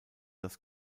das